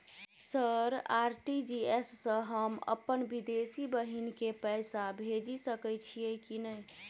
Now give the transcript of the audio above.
Sir RTGS सँ हम अप्पन विदेशी बहिन केँ पैसा भेजि सकै छियै की नै?